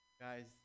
guys